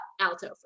alto